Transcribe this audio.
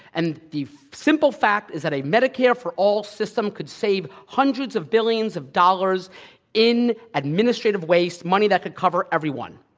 and the simple fact is that a medicare for all system could save hundreds of billions of dollars in administrative waste, money that could cover everyone